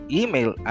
email